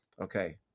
Okay